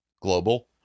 global